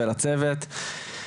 ולצוות.